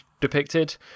depicted